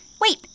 Wait